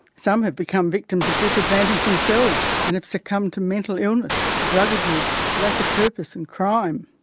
some have become victims of disadvantage themselves and have succumbed to mental illness, drug abuse, lack of purpose and crime.